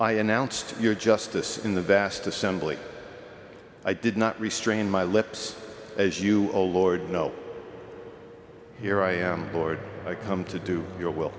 i announced your justice in the vast assembly i did not restrain my lips as you a lord know here i am bored i come to do your will